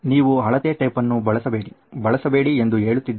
ನೀವು ಅಳತೆ ಟೇಪ್ ಅನ್ನು ಬಳಸಬೇಡಿ ಬಳಸಬೇಡಿ ಎಂದು ಹೇಳುತ್ತಿದ್ದೇನೆ